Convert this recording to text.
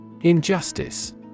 Injustice